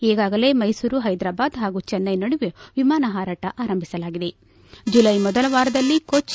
ಈಗಾಗಲೇ ಮೈಸೂರು ಹೈದ್ರಾಬಾದ್ ಹಾಗೂ ಚೆನ್ನೈ ನಡುವೆ ವಿಮಾನ ಹಾರಾಟ ಆರಂಭಿಸಲಾಗಿದೆ ಜುಲೈ ಮೊದಲ ವಾರದಲ್ಲಿ ಕೊಟ್ಟ